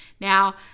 Now